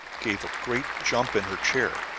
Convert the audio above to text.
gave a great jump in her chair.